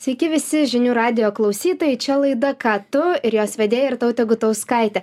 sveiki visi žinių radijo klausytojai čia laida ką tu ir jos vedėja irtautė gutauskaitė